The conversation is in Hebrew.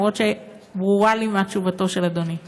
למרות שברורה לי מה תשובתו של אדוני.